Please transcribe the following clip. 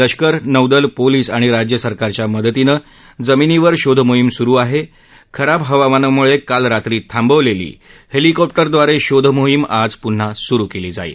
लष्कर नौदल पोलीस आणि राज्य सरकारच्या मदतीनं जमिनीवर शोधमोहीम सुरु आहे खराब हवामानामुळे काल रात्री थांबवलेली हेलिकॉप्टरद्वारे शोधमोहीम आज पुन्हा सुरु केली जाईल